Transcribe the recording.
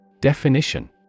Definition